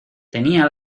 tenía